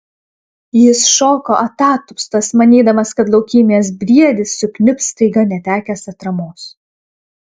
jis šoko atatupstas manydamas kad laukymės briedis sukniubs staiga netekęs atramos